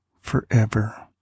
forever